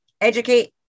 educate